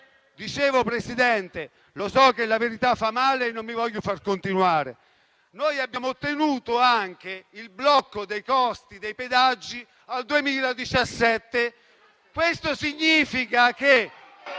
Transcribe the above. Signora Presidente, lo so che la verità fa male, non mi vogliono far continuare. Noi abbiamo ottenuto anche il blocco dei costi dei pedaggi al 2017. Questo significa che...